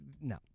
No